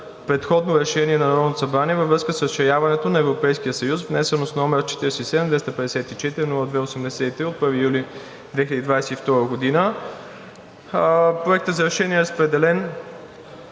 предходно решение на Народното събрание във връзка с разширяването на Европейския съюз, внесено с № 47-254-02-83 от 1 юли 2022 г. Проектът за решение е разпределен